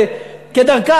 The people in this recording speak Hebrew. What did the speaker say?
כדרכם,